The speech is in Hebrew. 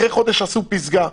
אחרי חודש עשו פסגה.